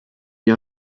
est